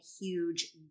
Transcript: huge